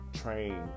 train